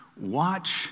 watch